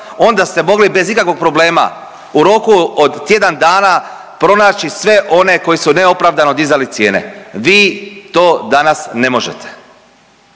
onda ste mogli bez ikakvog problema u roku od tjedan dana pronaći sve one koji su neopravdano dizali cijene. Vi to danas ne možete.